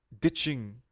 ditching